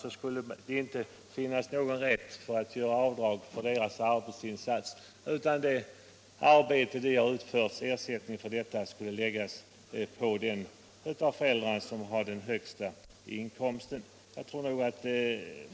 Det skulle inte föreligga någon rätt att göra avdrag för desa ungdomars arbetsinsats, utan ersättningen för det arbete de utfört skulle läggas på den av föräldrarnas inkomster som är högst.